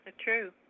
true